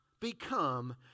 become